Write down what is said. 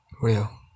real